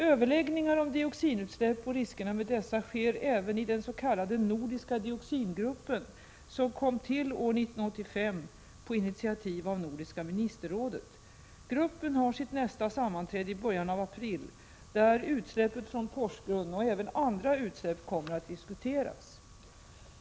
Överläggningar om dioxinutsläpp och riskerna med dessa sker även i den s.k. nordiska dioxingruppen som kom till år 1985 på initiativ av Nordiska ministerrådet. Gruppen har sitt nästa sammanträde i början av april, där utsläppet från Porsgrunn och även andra utsläpp kommer att diskuteras.